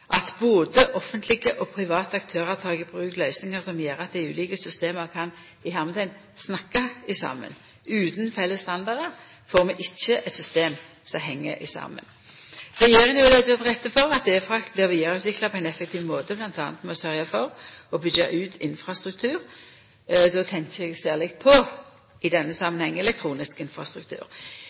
at både offentlege og private aktørar tek i bruk løysingar som gjer at dei ulike systema kan «snakka saman». Utan felles standardar får vi ikkje eit system som heng saman. Regjeringa vil leggja til rette for at e-frakt blir vidareutvikla på ein effektiv måte, bl.a. ved å sørgja for å byggja ut infrastruktur – då tenkjer eg i denne samanhengen særleg på elektronisk infrastruktur. I